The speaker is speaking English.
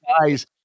guys